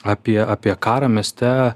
apie apie karą mieste